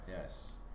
Yes